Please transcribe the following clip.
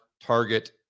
Target